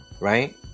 Right